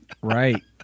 right